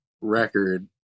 record